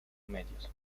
medios